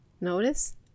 notice